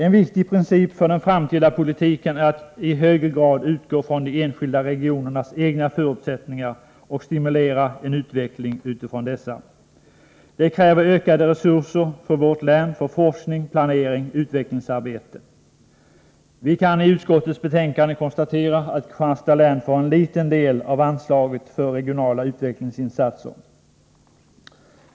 En viktig princip för den framtida politiken är att i hög grad utgå från de enskilda regionernas egna förutsättningar och med utgångspunkt i dessa stimulera en utveckling. Det kräver ökade resurser för vårt län för forskning, planering och utvecklingsarbete. Vi kan i utskottets betänkande konstatera att Kristianstads län får en liten del av anslaget för regionala utvecklingsinsatser.